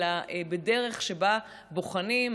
אלא בדרך שבה בוחנים,